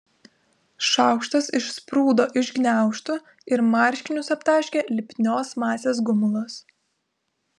šaukštas išsprūdo iš gniaužtų ir marškinius aptaškė lipnios masės gumulas